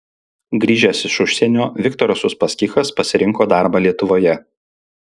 grįžęs iš užsienio viktoras uspaskichas pasirinko darbą lietuvoje